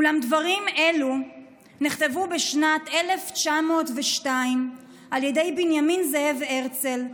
אולם דברים אלו נכתבו בשנת 1902 על ידי בנימין זאב הרצל,